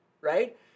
right